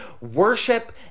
worship